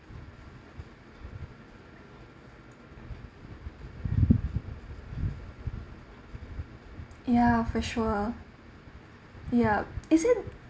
ya for sure ya is it